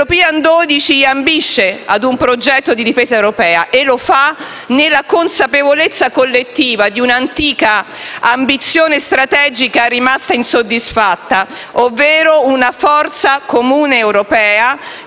L'European 12 ambisce ad un progetto di difesa europea e lo fa nella consapevolezza collettiva di un'antica ambizione strategica rimasta insoddisfatta, ovvero una forza comune europea